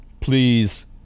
Please